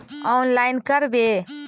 Online करवे?